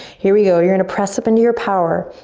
here we go. you're gonna press up into your power.